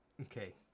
Okay